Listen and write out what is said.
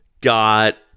got